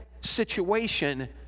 situation